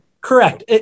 Correct